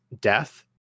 death